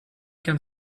can